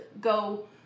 go